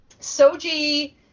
Soji